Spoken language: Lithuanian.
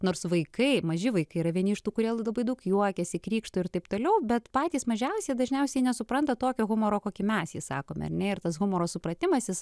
nors vaikai maži vaikai yra vieni iš tų kurie labai daug juokiasi krikštauja ir taip toliau bet patys mažiausi jie dažniausiai nesupranta tokio humoro kokį mes sakome ar ne ir tas humoro supratimas